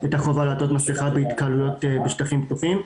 את החובה לעטות מסכה בהתקהלויות בשטחים פתוחים.